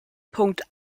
punkt